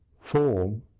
form